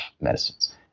medicines